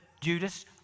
Judas